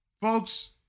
Folks